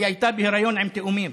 היא הייתה בהיריון עם תאומים,